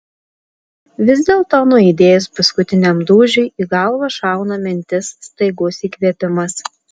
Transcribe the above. vis dėlto nuaidėjus paskutiniam dūžiui į galvą šauna mintis staigus įkvėpimas